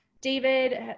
David